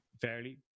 fairly